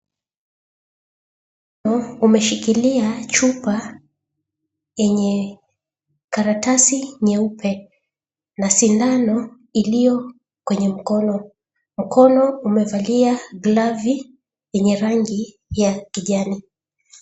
Mkono umeshikilia chupa yenye karatasi nyeupe na sindano iliyo kwenye mkono. Mkono umevalia glovu yenye rangi ya kijani.